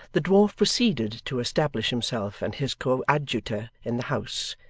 the dwarf proceeded to establish himself and his coadjutor in the house,